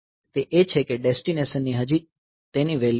તે એ છે કે ડેસ્ટીનેશન ની હજી તેની વેલ્યુ નથી